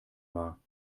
war